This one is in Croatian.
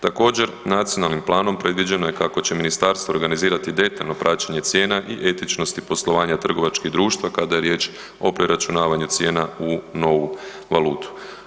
Također nacionalnim planom predviđeno je kako će ministarstvo organizirati detaljno praćenje cijena i etičnosti poslovanja trgovačkih društva kada je riječ o preračunavanju cijena u novu valutu.